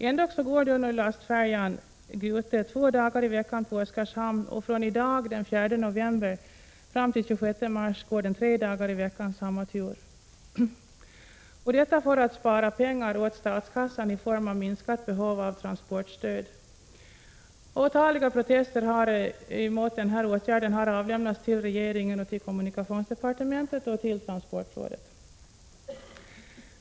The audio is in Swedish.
Ändock går nu lastfärjan Gute två dagar i veckan på Oskarshamn, och från i dag, den 4 november, fram till den 26 mars går den tre dagar i veckan samma tur — detta för att spara pengar åt statskassan i form av minskat behov av transportstöd. Otaliga protester mot denna åtgärd har avlämnats till kommunikationsdepartementet och till transportrådet.